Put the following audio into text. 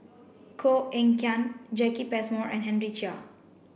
Koh Eng Kian Jacki Passmore and Henry Chia